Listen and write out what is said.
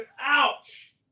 ouch